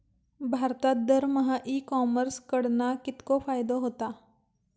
भारतात दरमहा e commerce कडणा कितको फायदो होता?